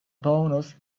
bonus